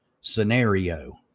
scenario